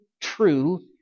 true